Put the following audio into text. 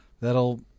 that'll